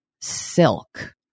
Silk